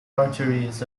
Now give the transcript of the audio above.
arteries